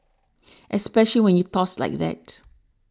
especially when you toss like that